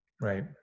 Right